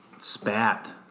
spat